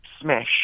smash